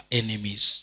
enemies